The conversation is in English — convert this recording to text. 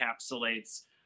encapsulates